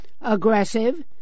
aggressive